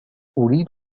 أريد